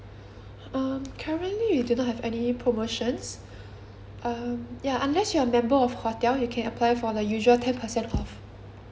um currently we do not have any promotions um ya unless you're member of hotel you can apply for the usual ten percent off